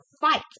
fight